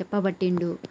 చెప్పబట్టిండు